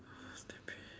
who's the babe